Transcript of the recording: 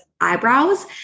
eyebrows